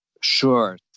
Sure